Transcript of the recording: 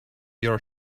your